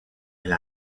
elle